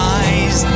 eyes